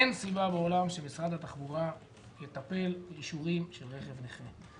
אין סיבה בעולם שמשרד התחבורה יטפל באישורים של רכב נכה.